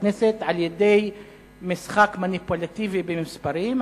בכנסת על-ידי משחק מניפולטיבי במספרים,